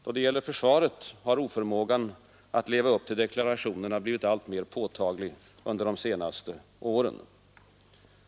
Då det gäller försvaret har oförmågan att leva upp till deklarationerna blivit alltmer påtaglig under de senaste åren.